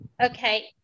Okay